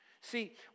See